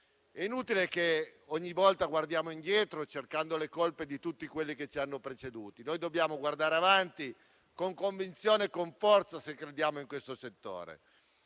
È inutile ogni volta guardare indietro, cercando le colpe di tutti quelli che ci hanno preceduti: dobbiamo guardare avanti con convinzione e con forza, se crediamo in questo settore.